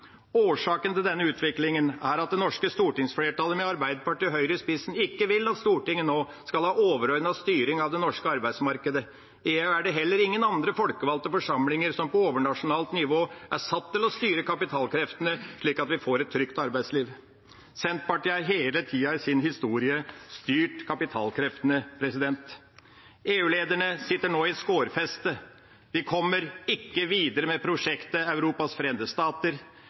Årsaken til denne utviklingen er at det norske stortingsflertallet, med Arbeiderpartiet og Høyre i spissen, ikke vil at Stortinget nå skal ha overordnet styring av det norske arbeidsmarkedet. I EU er det heller ingen andre folkevalgte forsamlinger som på overnasjonalt nivå er satt til å styre kapitalkreftene, slik at vi får et trygt arbeidsliv. Senterpartiet har hele tida i sin historie styrt kapitalkreftene. EU-lederne sitter nå i skårfestet. De kommer ikke videre med prosjektet Europas